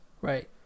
Right